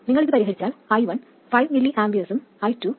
നിങ്ങൾ ഇത് പരിഹരിച്ചാൽ i1 5 mA ഉം i2 1 mA ഉം ആയിരിക്കും